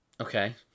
Okay